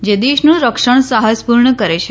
જે દેશનું રક્ષણ સાહસપૂર્ણ કરે છે